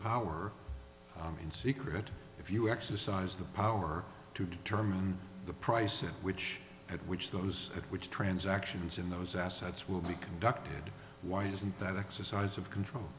power in secret if you exercise the power to determine the price at which at which those at which transactions in those assets will be conducted why isn't that exercise of control